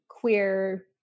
queer